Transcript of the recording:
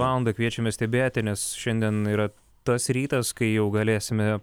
valandą kviečiame stebėti nes šiandien yra tas rytas kai jau galėsime